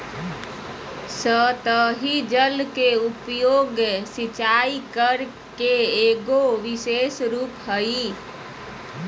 सतही जल के उपयोग, सिंचाई करे के एगो विशेष रूप हइ